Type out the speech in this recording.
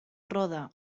roda